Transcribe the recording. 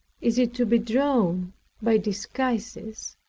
is it to be drawn by disguises?